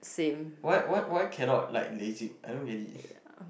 why why why cannot like lasik I don't get it